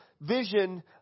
vision